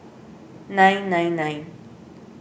nine nine nine